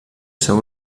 seu